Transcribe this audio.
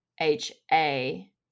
HA